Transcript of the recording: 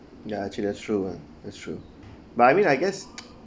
ya actually that's true ah that's true but I mean I guess